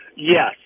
Yes